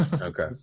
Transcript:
Okay